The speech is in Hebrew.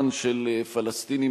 של פלסטינים,